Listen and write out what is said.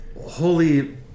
holy